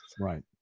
Right